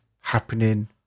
happening